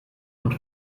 und